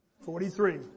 Forty-three